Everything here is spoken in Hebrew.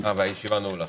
הישיבה נעולה.